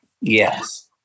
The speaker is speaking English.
Yes